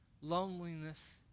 Loneliness